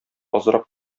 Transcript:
азрак